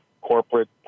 corporate